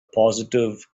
positive